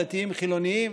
דתיים וחילונים.